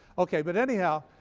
okay, but anyhow,